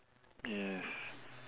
yes